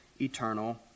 eternal